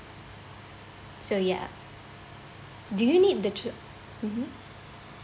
so yeah do you need the to~ mmhmm